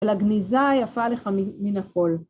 אלא גניזה יפה לך מן הכל.